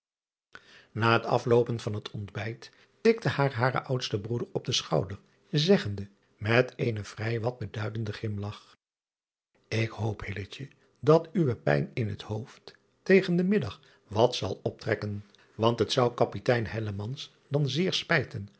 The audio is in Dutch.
ij het afloopen van het ontbijt tikte haar hare oudste broeder op den schouder zeggende met eenen vrij wat beduidenden grimlach k hoop dat uwe pijn in het hoofd tegen den middag wat zal optrekken want het zou apitein dan zeer spijten